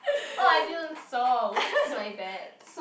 oh I didn't saw oops my bad